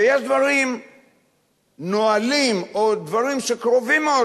ויש דברים או נהלים שקרובים מאוד